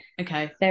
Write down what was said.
okay